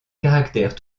caractère